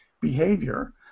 behavior